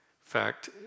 fact